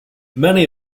many